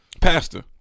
Pastor